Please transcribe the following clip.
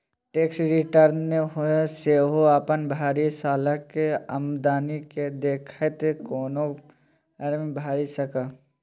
tax return सेहो अपन भरि सालक आमदनी केँ देखैत कोनो फर्म भरि सकैए